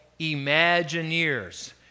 Imagineers